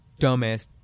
dumbass